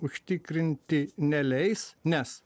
užtikrinti neleis nes